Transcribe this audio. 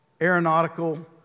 aeronautical